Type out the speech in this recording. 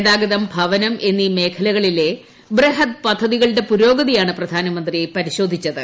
ഗതാഗതം ഭവനം എന്നീ മേഖലകളിലെ ബൃഹത് പദ്ധതികളുടെ പുരോഗതിയാണ് പ്രധാനമന്ത്രി പരിശോധിച്ചത്